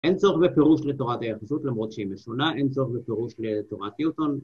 אין צורך בפירוש לתורת היחסות למרות שהיא משונה, אין צורך בפירוש לתורת ניוטון